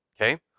okay